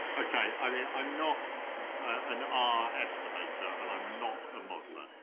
okay, i mean, i'm not an r estimator and i'm not a modeler.